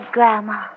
Grandma